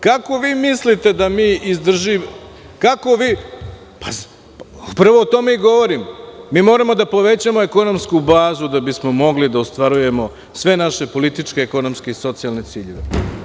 Kako vi mislite da mi izdržimo, a ja upravo o tome govorim, mi moramo da povećamo ekonomsku bazu, da bismo mogli da ostvarujemo sve naše političke, ekonomske i socijalne ciljeve.